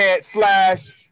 slash